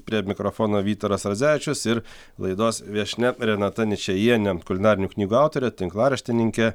prie mikrofono vytaras radzevičius ir laidos viešnia renata ničajienė kulinarinių knygų autorė tinklaraštininkė